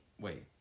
wait